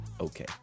okay